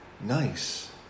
Nice